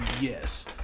yes